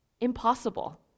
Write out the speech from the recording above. impossible